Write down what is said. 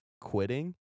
quitting